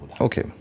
Okay